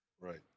Right